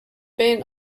been